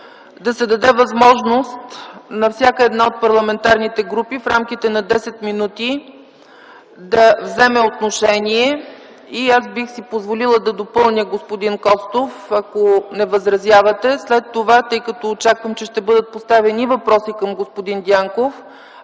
да се даде възможност на всяка една от парламентарните групи в рамките на 10 минути да вземе отношение и аз бих си позволила да допълня, господин Костов, ако не възразявате, след това, тъй като очаквам, че ще бъдат поставени и въпроси към господин Дянков,